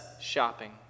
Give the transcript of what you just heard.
shopping